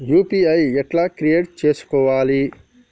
UPI ఎట్లా create చేసుకోవాలి?